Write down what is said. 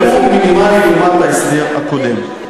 והוא מינימלי לעומת ההסדר הקודם.